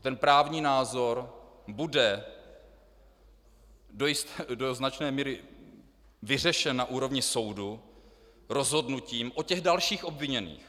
Ten právní názor bude do značné míry vyřešen na úrovni soudu rozhodnutím o těch dalších obviněných.